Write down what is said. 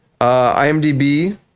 IMDb